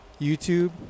YouTube